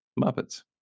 Muppets